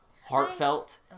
heartfelt